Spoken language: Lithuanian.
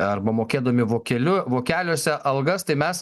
arba mokėdami vokeliu vokeliuose algas tai mes